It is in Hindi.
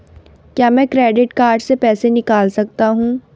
क्या मैं क्रेडिट कार्ड से पैसे निकाल सकता हूँ?